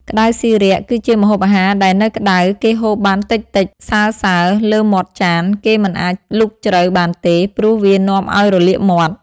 ក្ដៅស៊ីរាក់ គីជាម្ហូបអាហារដែលនៅក្តៅ គេហូបបានតិចៗ សើៗ លើមាត់ចាន គេមិនអាចលូកជ្រៅ បានទេ ព្រោះវានាំឲ្យរលាកមាត់។